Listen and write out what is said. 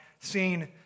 seen